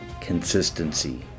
Consistency